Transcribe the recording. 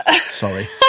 Sorry